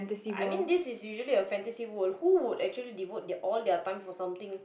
I mean this is usually a fantasy world who would actually devote their all their time for something